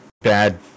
bad